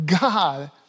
God